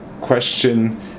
question